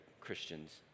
Christians